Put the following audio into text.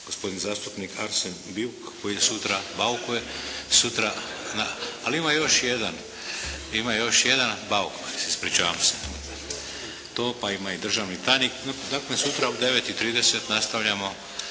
gospodin zastupnik Arsen Biuk, ali ima još jedan. Bauk, ispričavam se. To, pa ima i državni tajnik. Dakle, sutra u 9,30 nastavljamo